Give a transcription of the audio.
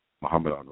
Muhammad